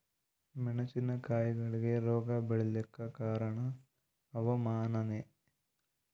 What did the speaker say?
ಮೆಣಸಿನ ಕಾಯಿಗಳಿಗಿ ರೋಗ ಬಿಳಲಾಕ ಕಾರಣ ಹವಾಮಾನನೇ?